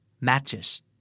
Matches